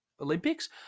Olympics